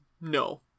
no